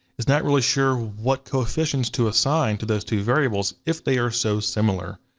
is not really sure what coefficients to assign to those two variables if they are so similar.